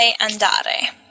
andare